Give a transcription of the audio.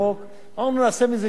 אמרנו שנעשה מזה שלושה חוקים,